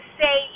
say